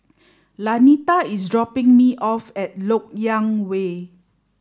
Lanita is dropping me off at Lok Yang Way